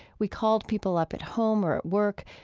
we called people up at home or at work.